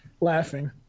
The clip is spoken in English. laughing